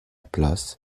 place